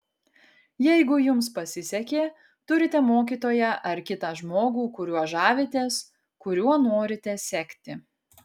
jeigu jums pasisekė turite mokytoją ar kitą žmogų kuriuo žavitės kuriuo norite sekti